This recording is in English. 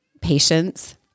patience